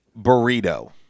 burrito